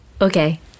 Okay